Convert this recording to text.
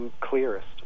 clearest